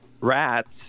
rats